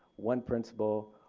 one principal,